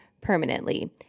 permanently